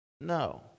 No